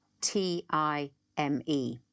T-I-M-E